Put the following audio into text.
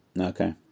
Okay